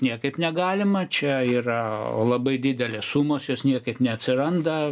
niekaip negalima čia yra labai didelės sumos jos niekaip neatsiranda